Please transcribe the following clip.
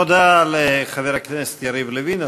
תודה לחבר הכנסת יריב לוין,